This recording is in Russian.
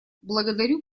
благодарю